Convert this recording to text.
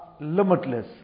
limitless